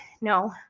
No